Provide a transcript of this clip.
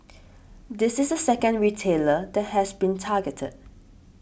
this is the second retailer that has been targeted